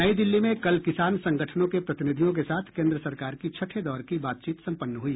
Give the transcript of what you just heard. नई दिल्ली में कल किसान संगठनों के प्रतिनिधियों के साथ केन्द्र सरकार की छठे दौर की बातचीत सम्पन्न हुई